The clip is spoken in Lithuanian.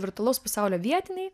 virtualaus pasaulio vietiniai